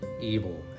evil